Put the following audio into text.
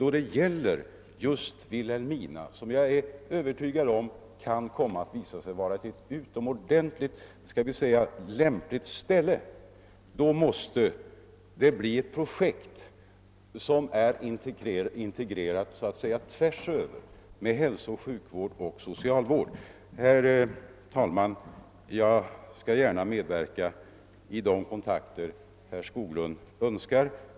Då det gäller Vilhelmina, som jag är övertygad om kan komma att visa sig vara en mycket lämplig ort i detta sammanhang, måste projektet bli integrerat så att säga tvärsöver hela fältet med hälsooch sjukvård och socialvård. Herr talman! Jag skall gärna medverka till de kontakter som herr Skoglund önskar.